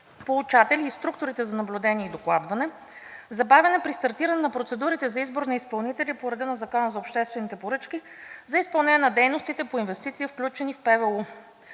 получатели и структурите за наблюдение и докладване, забавяне при стартиране на процедурите за избор на изпълнители по реда на Закона за обществените поръчки за изпълнение на дейностите по инвестиции, включени в Плана